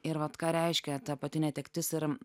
ir vat ką reiškia ta pati netektis ir